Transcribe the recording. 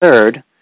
Third